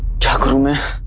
tongue from ah